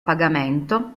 pagamento